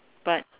but